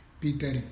Peter